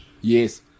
Yes